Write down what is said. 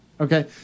okay